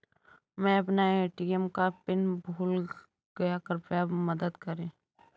मै अपना ए.टी.एम का पिन भूल गया कृपया मदद करें